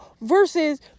versus